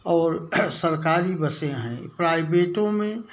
और सरकारी बसें हैं प्राइवेटों में